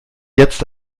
jetzt